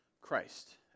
Christ